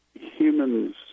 humans